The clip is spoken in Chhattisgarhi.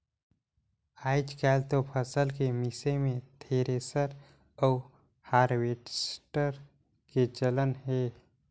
आयज कायल तो फसल के मिसई मे थेरेसर अउ हारवेस्टर के चलन हे